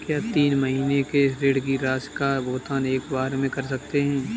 क्या तीन महीने के ऋण की राशि का भुगतान एक बार में कर सकते हैं?